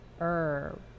herb